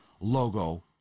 logo